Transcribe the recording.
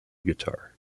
guitar